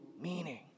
meaning